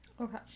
okay